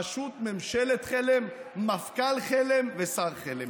פשוט ממשלת חלם, מפכ"ל חלם ושר חלם.